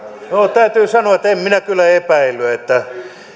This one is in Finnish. täytyy sanoa että en minä sitä kyllä epäillyt